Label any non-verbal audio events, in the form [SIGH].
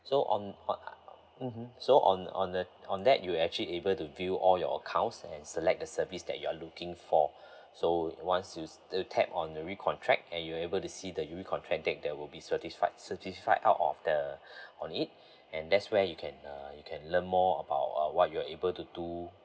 so on uh mmhmm so on on the on that you actually able to view you all your accounts and select the service that you're looking for [BREATH] so once you t~ tap on the recontract and you are able to see the recontract date that will be certified certified out of the [BREATH] on it and that's where you can uh you can learn more about uh what you're able to do